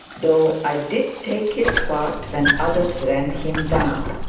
though i did take his part when others ran him down